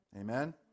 Amen